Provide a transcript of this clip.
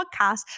podcast